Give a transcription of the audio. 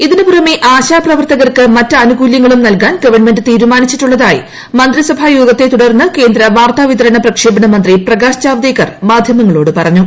ഇതിനു പുറമേ ആശാ പ്രവർത്തകർക്ക്മറ്റ് ആനുകൂല്യങ്ങൾ നൽകാനും ഗവൺമെന്റ് തീരുമാനിച്ചിട്ടുള്ളതായി മന്ത്രിസഭായോഗത്തെ തുടർന്ന്കേന്ദ്ര വാർത്താവിതരണ പ്രക്ഷേപണ മന്ത്രി പ്രകാശ്ജാവദേക്കർ മാധ്യമങ്ങളോട് പറഞ്ഞു